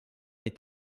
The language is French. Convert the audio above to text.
est